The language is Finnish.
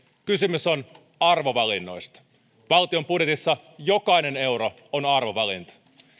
kysymys on arvovalinnoista valtion budjetissa jokainen euro on arvovalinta